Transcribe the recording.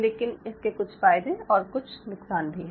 लेकिन इसके कुछ फायदे और कुछ नुकसान भी हैं